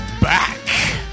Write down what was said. back